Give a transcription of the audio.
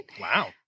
Wow